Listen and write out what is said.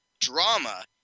drama